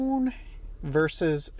versus